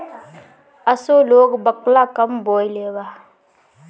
असो लोग बकला कम बोअलेबा